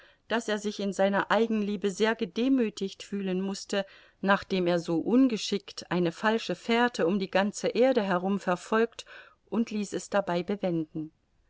daß er sich in seiner eigenliebe sehr gedemüthigt fühlen mußte nachdem er so ungeschickt eine falsche fährte um die ganze erde herum verfolgt und ließ es dabei bewenden